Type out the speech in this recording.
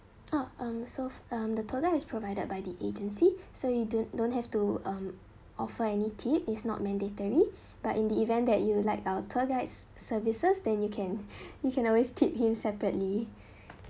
orh um so um the total is provided by the agency so you don't don't have to um offer any tip it's not mandatory but in the event that you like our tour guides services then you can you can always tip him separately